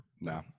No